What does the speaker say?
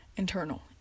internal